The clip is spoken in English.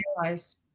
realize